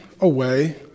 away